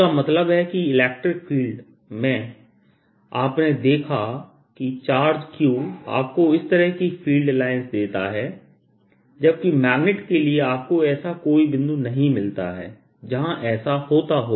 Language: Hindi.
इसका मतलब है कि इलेक्ट्रिक फील्ड में आपने देखा कि चार्ज q आपको इस तरह की फील्ड लाइन देता है जबकि मैग्नेट के लिए आपको ऐसा कोई बिंदु नहीं मिलता है जहां ऐसा होता हो